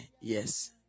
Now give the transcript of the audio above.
Yes